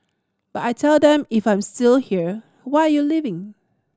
but I tell them if I'm still here why are you leaving